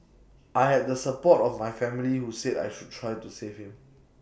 I had the support of my family who said I should try to save him